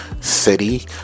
city